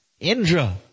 Indra